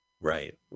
Right